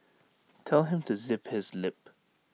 tell him to zip his lip